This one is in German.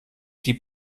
die